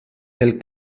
del